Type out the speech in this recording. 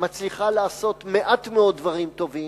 מצליחה לעשות מעט מאוד דברים טובים,